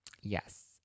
Yes